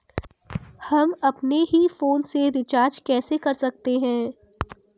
हम अपने ही फोन से रिचार्ज कैसे कर सकते हैं?